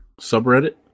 subreddit